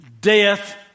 death